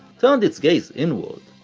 turned its gaze inward,